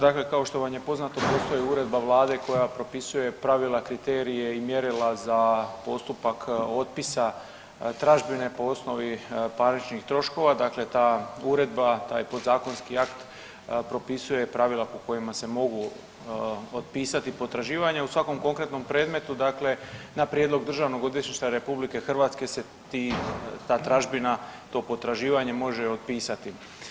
Dakle, kao što vam je poznato, postoji uredba Vlade koja propisuje pravila, kriterije i mjerila za postupak otpisa tražbine po osnovi parničnih troškova, dakle ta uredba, taj podzakonski akt propisuje i pravila po kojem se mogu otpisati potraživanje, u svakom konkretnom predmetu, dakle, na prijedlog DORH-a RH se ti, ta tražbina, to potraživanje, može otpisati.